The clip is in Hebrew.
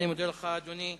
אני מודה לך, אדוני.